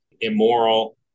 immoral